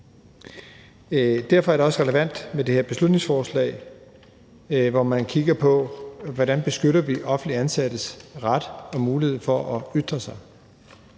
Derfor er det her beslutningsforslag også relevant, hvor man kigger på, hvordan vi beskytter offentligt ansattes ret og mulighed for at ytre sig.